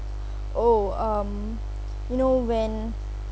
oh um you know when